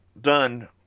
done